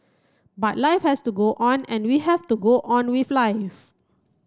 but life has to go on and we have to go on with life